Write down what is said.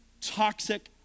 toxic